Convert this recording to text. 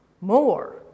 more